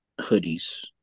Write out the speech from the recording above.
hoodies